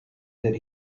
that